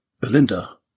Belinda